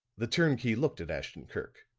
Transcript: the turnkey looked at ashton-kirk,